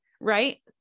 right